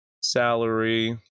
salary